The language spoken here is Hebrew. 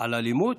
על אלימות?